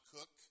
Cook